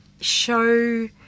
show